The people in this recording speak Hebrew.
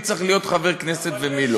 מי צריך להיות חבר כנסת ומי